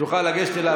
תוכל לגשת אליו,